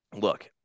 Look